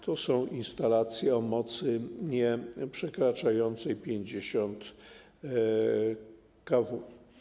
To są instalacje o mocy nieprzekraczającej 50 kW.